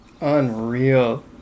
Unreal